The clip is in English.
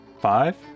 five